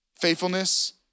faithfulness